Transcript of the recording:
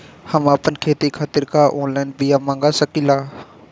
हम आपन खेती खातिर का ऑनलाइन बिया मँगा सकिला?